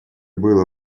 было